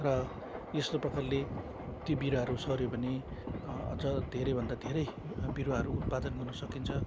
र यस्तो प्रकारले त्यो बिरुवाहरू सऱ्यो भने अझ धेरै भन्दा धेरै बिरुवाहरू उत्पादन गर्नु सकिन्छ